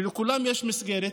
ולכולם יש מסגרת,